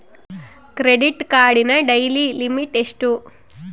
Credit ಕಾರ್ಡಿನ daily limit ಎಷ್ಟು?